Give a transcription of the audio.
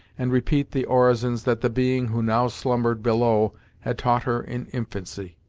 and repeat the orisons that the being who now slumbered below had taught her in infancy.